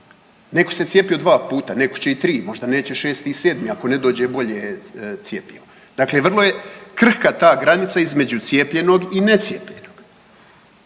Netko se cijepio 2 puta, netko će i 3 možda neće 6 i 7 ako ne dođe bolje cjepivo. Dakle, vrlo je krhka ta granica između cijepljenog i necijepljenog.